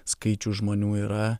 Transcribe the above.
skaičių žmonių yra